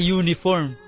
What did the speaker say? uniform